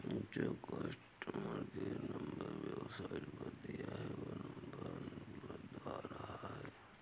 जो customer care number website पर दिया है वो नंबर अनुपलब्ध आ रहा है